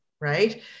Right